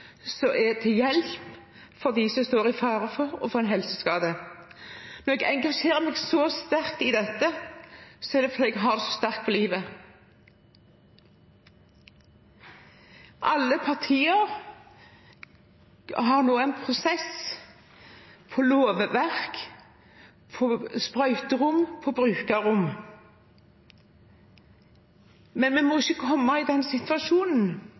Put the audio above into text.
er til hjelp for dem som står i fare for å få en helseskade. Når jeg engasjerer meg så sterkt i dette, er det fordi jeg har det så sterkt innpå livet. Alle partier har nå en prosess på lovverk, på sprøyterom og på brukerrom, men vi må ikke komme i den situasjonen